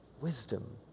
wisdom